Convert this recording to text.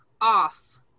off